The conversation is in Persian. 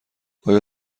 آیا